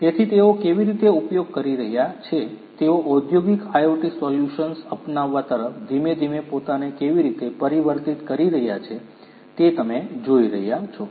તેથી તેઓ કેવી રીતે ઉપયોગ કરી રહ્યાં છે તેઓ ઔદ્યોગિક IoT સોલ્યુશન્સ અપનાવવા તરફ ધીમે ધીમે પોતાને કેવી રીતે પરિવર્તિત કરી રહ્યાં છે તે તમે જોઈ રહ્યા છો